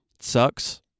Sucks